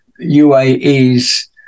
UAE's